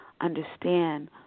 understand